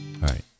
right